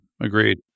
Agreed